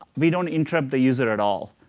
we don't interrupt the user at all.